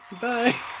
bye